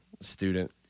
student